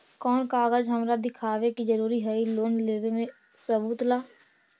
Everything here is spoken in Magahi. कौन कागज हमरा दिखावे के जरूरी हई लोन लेवे में सबूत ला?